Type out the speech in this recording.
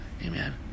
Amen